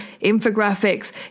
infographics